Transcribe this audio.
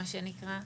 מה שנקרא,